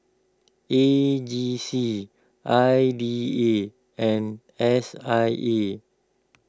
A G C I B A and S I E